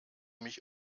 mich